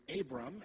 Abram